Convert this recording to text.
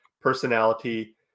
personality